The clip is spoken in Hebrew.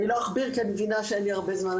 לא אכביר כי אני מבינה שאין לי הרבה זמן.